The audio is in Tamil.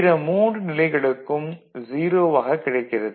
பிற மூன்று நிலைகளுக்கும் 0 வாக கிடைக்கிறது